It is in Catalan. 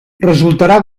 resultarà